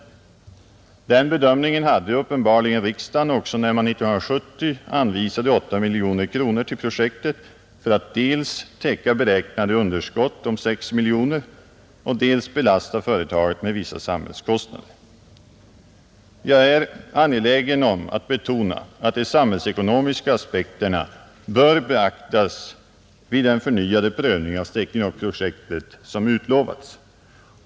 Uppenbarligen hade också riksdagen den bedömningen när den 1970 anvisade 8 miljoner kronor till projektet för att dels täcka beräknat underskott på 6 miljoner kronor, dels belasta företaget med vissa samhällskostnader. Jag är angelägen om att betona att de samhällsekonomiska aspekterna bör beaktas vid den förnyade prövning av Stekenjokkprojektet som har utlovats.